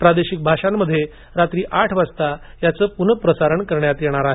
प्रादेशिक भाषांमध्ये रात्री आठ वाजता याचं पुन्हा प्रसारण करण्यात येणार आहे